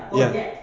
ya